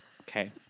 Okay